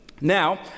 Now